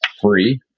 free